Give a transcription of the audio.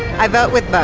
i vote with but